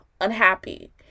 unhappy